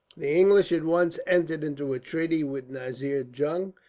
the english at once entered into a treaty with nazir jung,